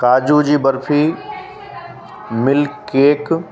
काजू जी barfi milk cake